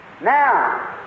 Now